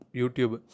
youtube